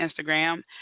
Instagram